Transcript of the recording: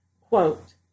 Quote